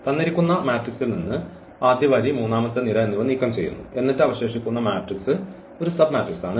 തന്നിരിക്കുന്ന മാട്രിക്സ്ൽനിന്ന് ആദ്യ വരി മൂന്നാമത്തെ നിര എന്നിവ നീക്കംചെയ്യുന്നു എന്നിട്ട് അവശേഷിക്കുന്ന മാട്രിക്സ് ഒരു സബ്മാട്രിക്സ് ആണ്